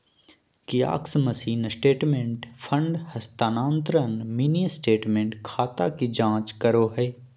kiosk machine statement, fund हस्तानान्तरण, mini statement, खाता की जांच करो हइ